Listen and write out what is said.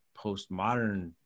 postmodern